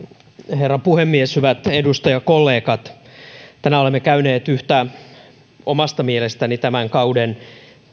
herra puhemies hyvät edustajakollegat tänään olemme käyneet yhtä omasta mielestäni tämän kauden